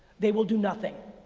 they will do nothing.